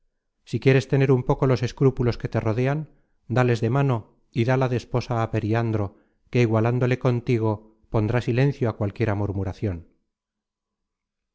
si quieres tener un poco los escrúpulos que te rodean dales de mano y dala de esposa á periandro que igualándole contigo pondrá silencio a cualquiera murmuracion